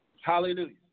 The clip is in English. Hallelujah